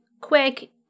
quick